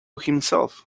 himself